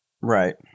Right